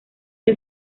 que